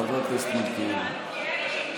חבר הכנסת מלכיאלי, נא לצאת.